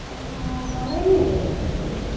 मलाई नि